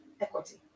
equity